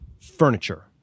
Furniture